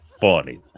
funny